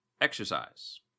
exercise